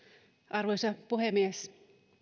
arvoisa puhemies